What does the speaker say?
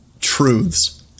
truths